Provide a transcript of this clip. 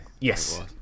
Yes